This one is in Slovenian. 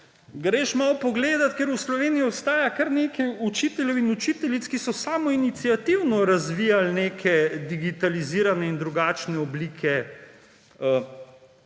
greš malo pogledat, ker v Sloveniji obstaja kar nekaj učiteljev in učiteljic, ki so samoiniciativno razvijali neke digitalizirane in drugačne oblike